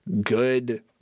good